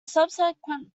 subsequent